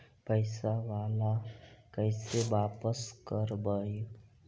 पैसा बाला कैसे बापस करबय?